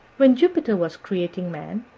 when jupiter was creating man,